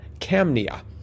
Camnia